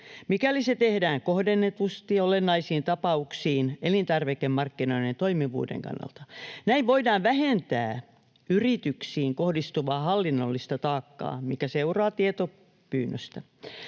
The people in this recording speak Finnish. mikäli se tehdään kohdennetusti elintarvikemarkkinoiden toimivuuden kannalta olennaisiin tapauksiin. Näin voidaan vähentää yrityksiin kohdistuvaa hallinnollista taakkaa, mikä seuraa tietopyynnöstä.